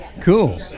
cool